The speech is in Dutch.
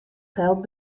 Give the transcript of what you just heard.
geld